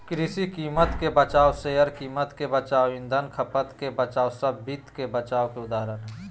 कृषि कीमत के बचाव, शेयर कीमत के बचाव, ईंधन खपत के बचाव सब वित्त मे बचाव के उदाहरण हय